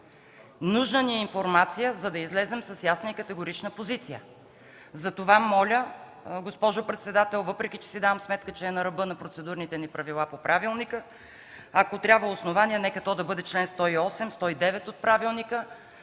Нужна ни е информация, за да излезем с ясна и категорична позиция. Затова моля, госпожо председател, въпреки че си давам сметка, че е на ръба на процедурните правила по правилника, но ако трябва основание, нека то да бъде чл. 108 и чл. 109 от правилника,